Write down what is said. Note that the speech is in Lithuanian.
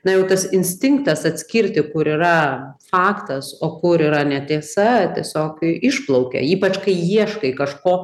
na jau tas instinktas atskirti kur yra faktas o kur yra netiesa tiesiog išplaukia ypač kai ieškai kažko